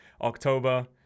October